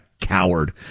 coward